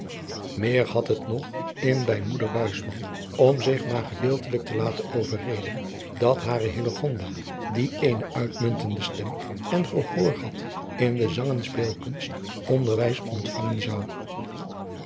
meer had het nog in bij moeder buisman om zich maar gedeeltelijk te laten overreden dat hare hillegonda die eene uitmuntende stem en gehoor had in de zangen speelknst onderwijs ontvangen zou